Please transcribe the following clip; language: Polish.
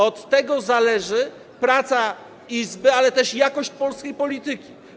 Od tego zależy praca Izby, ale też jakość polskiej polityki.